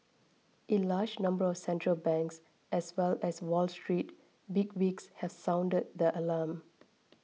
it large number of central banks as well as Wall Street bigwigs have sounded the alarm